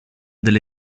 delle